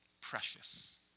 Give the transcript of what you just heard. Precious